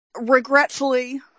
Regretfully